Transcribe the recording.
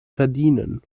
verdienen